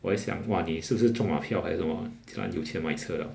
我在想 !wah! 你是不是中码票还是什么哪里有钱买车 liao